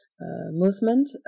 movement